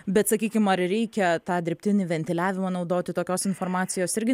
bet sakykim ar reikia tą dirbtinį ventiliavimą naudoti tokios informacijos irgi